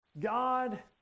God